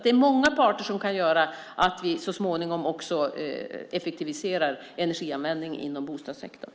Det är många parter som kan göra att vi så småningom också effektiviserar energianvändningen inom bostadssektorn.